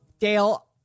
Dale